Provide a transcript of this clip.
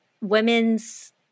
women's